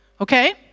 okay